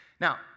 Now